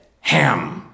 Ham